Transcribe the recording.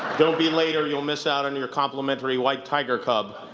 don't be late or you'll miss out on your complimentary white tiger cub.